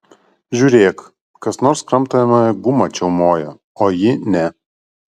žiūrėk kas nors kramtomąją gumą čiaumoja o ji ne